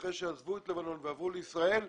אחרי שעזבו את לבנון ועברו לישראל,